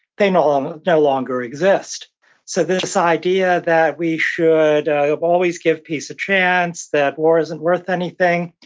they no um no longer exist so this idea that we should always give peace a chance, that war isn't worth anything.